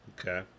Okay